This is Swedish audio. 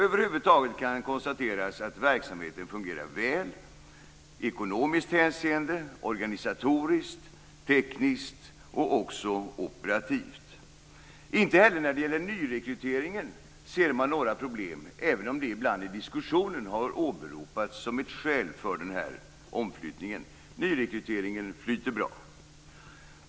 Över huvud taget kan konstateras att verksamheten fungerar väl i ekonomiskt hänseende, organisatoriskt, tekniskt och operativt. Inte heller när det gäller nyrekryteringen ser man några problem, även om det ibland i diskussionen har åberopats som ett skäl för omflyttningen. Nyrekryteringen flyter bra.